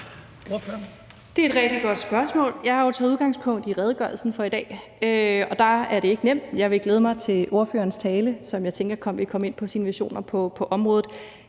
Det er et rigtig godt spørgsmål. Jeg har jo taget udgangspunkt i redegørelsen for i dag, og der er det ikke nemt. Jeg vil glæde mig til ordførerens tale, som jeg tænker vil komme ind på hans visioner på området.